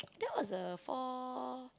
that was a four